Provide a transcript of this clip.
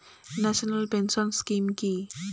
National pension scheme কি?